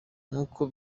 ntako